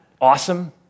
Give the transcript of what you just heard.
awesome